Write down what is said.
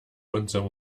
unserem